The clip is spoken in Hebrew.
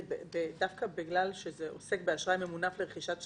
דווקא בגלל שזה עוסק באשראי ממונף לרכישת שליטה,